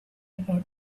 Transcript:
about